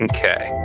Okay